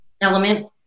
element